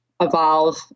evolve